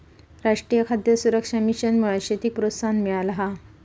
राष्ट्रीय खाद्य सुरक्षा मिशनमुळा शेतीक प्रोत्साहन मिळाला हा